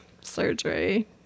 surgery